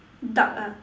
dark ah